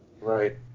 Right